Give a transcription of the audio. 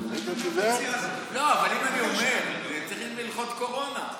נגיף הקורונה החדש)